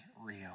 real